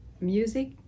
music